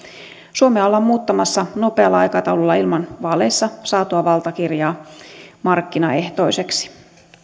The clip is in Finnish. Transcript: suomea ollaan muuttamassa nopealla aikataululla ilman vaaleissa saatua valtakirjaa markkinaehtoiseksi